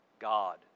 God